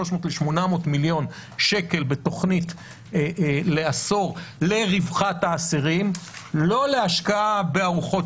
ל-800 מיליון שקל בתוכנית לעשור לרווחת האסירים לא להשקעה בארוחות